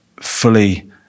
fully